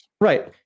right